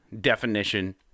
definition